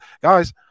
guys